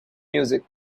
music